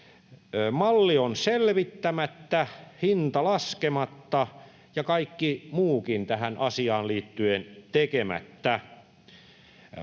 Malli on selvittämättä, hinta laskematta ja kaikki muukin tähän asiaan liittyen tekemättä.